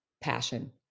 Passion